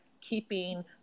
keeping